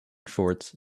shorts